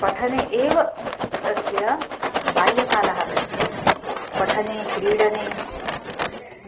पठने एव तस्य बाल्यकालः गच्छेत् पठने क्रीडने